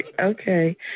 Okay